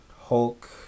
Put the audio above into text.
hulk